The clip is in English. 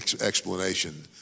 Explanation